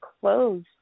clothes